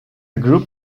group